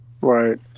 Right